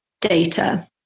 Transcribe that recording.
data